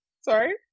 Sorry